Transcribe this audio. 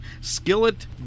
Skillet